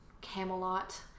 Camelot